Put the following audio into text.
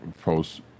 post